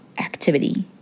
activity